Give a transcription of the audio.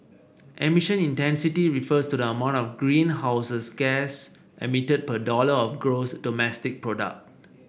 emission intensity refers to the amount of greenhouses gas emitted per dollar of gross domestic product